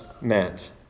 meant